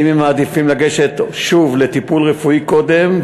אם הם מעדיפים לגשת לטיפול רפואי קודם,